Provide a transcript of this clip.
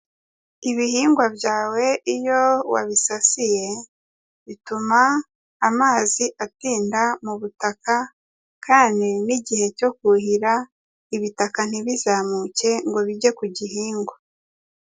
Ibihingwa byawe iyo wabisasiye, bituma amazi atinda mu butaka kandi n'igihe cyo kuhira ibitaka ntibizamuke ngo bijye ku gihingwa.